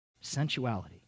Sensuality